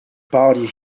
party